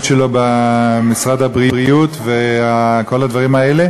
שלו במשרד הבריאות וכל הדברים האלה,